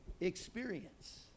experience